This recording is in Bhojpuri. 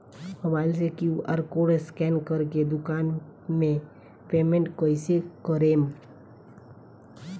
मोबाइल से क्यू.आर कोड स्कैन कर के दुकान मे पेमेंट कईसे करेम?